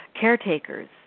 caretakers